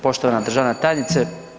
Poštovana državna tajnice.